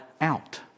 out